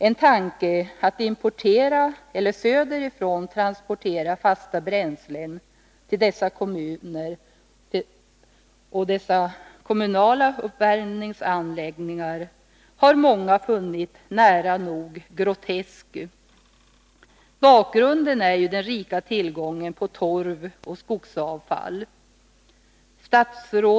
En tanke att importera eller från södra länsdelen transportera fasta bränslen till dessa kommunala uppvärmningsanläggningar har många funnit nära nog grotesk. Bakgrunden är den rika tillgången på torv och skogsavfall.